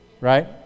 right